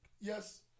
Yes